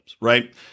right